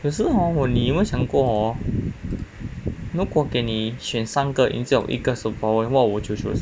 可是 hor 我你有没有想过 hor 如果给你选三个 instead of 一个 superpower what would you choose